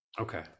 Okay